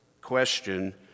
question